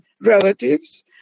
relatives